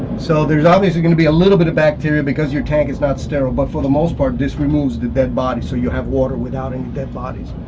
so there's obviously going to be a little bit of bacteria because your tank is not sterile, but for the most part, this removes the dead bodies, so you'll have water without any dead bodies.